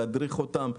להדריך אותן,